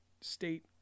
state